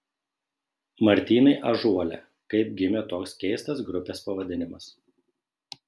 martynai ąžuole kaip gimė toks keistas grupės pavadinimas